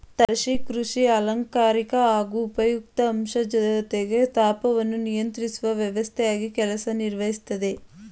ತಾರಸಿ ಕೃಷಿ ಅಲಂಕಾರಿಕ ಹಾಗೂ ಉಪಯುಕ್ತ ಅಂಶ ಜೊತೆಗೆ ತಾಪವನ್ನು ನಿಯಂತ್ರಿಸುವ ವ್ಯವಸ್ಥೆಯಾಗಿ ಕೆಲಸ ನಿರ್ವಹಿಸ್ತದೆ